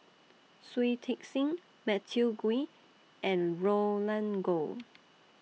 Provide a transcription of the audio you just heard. Shui Tit Sing Matthew Ngui and Roland Goh